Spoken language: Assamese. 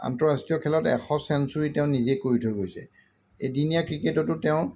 আন্তঃৰাষ্ট্ৰীয় খেলত এশ চেঞ্চুৰী তেওঁ নিজে কৰি থৈ গৈছে এদিনীয়া ক্ৰিকেটতো তেওঁ